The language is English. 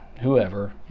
whoever